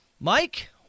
Mike